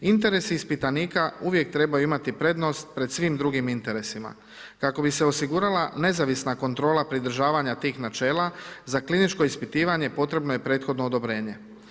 Interes ispitanika uvijek treba imati prednost pred svim drugim interesima kako bi se osigurala nezavisna kontrola pridržavanja tih načela za kliničko ispitivanje potrebno je prethodno odobrenje.